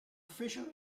fecero